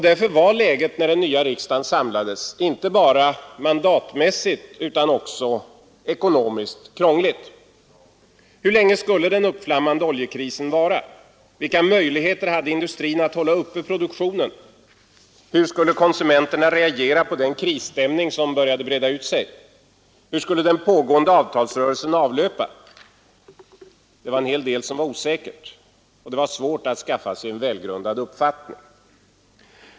Därför var läget när den nya riksdagen samlades inte bara mandatmässigt utan också ekonomiskt krångligt. Hur länge skulle den uppflammade oljekrisen vara? Vilka möjligheter hade industrin att hålla uppe produktionen? Hur skulle konsumenterna reagera på den krisstämning som började breda ut sig? Hur skulle den pågående avtalsrörelsen avlöpa? Det var en hel del som var osäkert, och det var svårt att skaffa sig en välgrundad uppfattning.